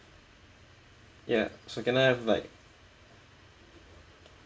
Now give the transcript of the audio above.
ya so can I have like